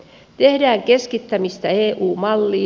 tehdään keskittämistä eu malliin